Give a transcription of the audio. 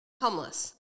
homeless